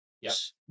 yes